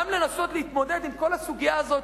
גם לנסות להתמודד עם כל הסוגיה הזאת,